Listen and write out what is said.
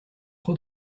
trop